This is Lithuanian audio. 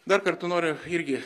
dar kartą noriu irgi